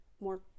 more